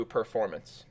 performance